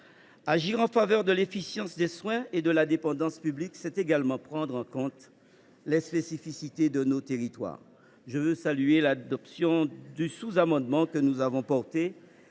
Agir en faveur de l’efficience des soins et de la dépendance publique, c’est également prendre en compte les spécificités de nos territoires. Je veux saluer l’adoption du sous amendement que nous avons